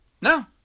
No